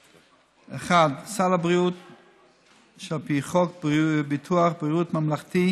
סל הבריאות שעל פי חוק ביטוח בריאות ממלכתי